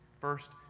first